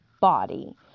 body